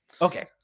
Okay